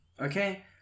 Okay